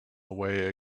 away